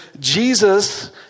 Jesus